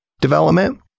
development